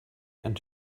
and